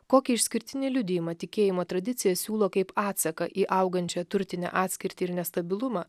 kokį išskirtinį liudijimą tikėjimo tradicija siūlo kaip atsaką į augančią turtinę atskirtį ir nestabilumą